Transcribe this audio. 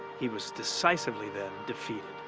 he was decisively then defeated.